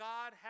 God